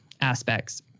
aspects